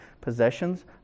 possessions